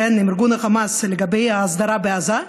ארגון החמאס לגבי ההסדרה בעזה,